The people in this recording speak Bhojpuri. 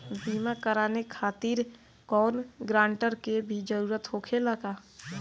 बीमा कराने खातिर कौनो ग्रानटर के भी जरूरत होखे ला?